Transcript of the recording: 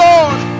Lord